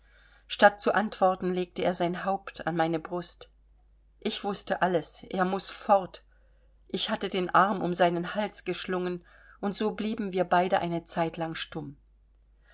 statt zu antworten legte er sein haupt an meine brust ich wußte alles er muß fort ich hatte den arm um seinen hals geschlungen und so blieben wir beide eine zeit lang stumm